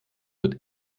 wird